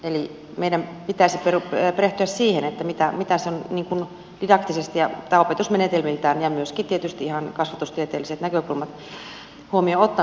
eli meidän pitäisi perehtyä siihen mitä se on didaktisesti opetusmenetelmiltään ja myöskin tietysti ihan kasvatustieteelliset näkökulmat huomioon ottaen